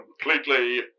completely